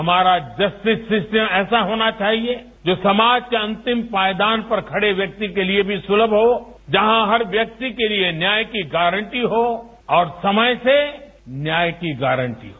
हमारा justice system ऐसा होना चाहिए जो समाज के अंतिम पायदान पर खड़े व्यक्ति के लिए भी सुलभ हो जहां हर व्यक्ति के लिए न्याय की गारंटी हो और समय से न्याय की गारंटी हो